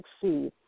succeed